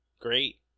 great